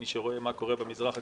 למי שרואה מה קורה במזרח התיכון,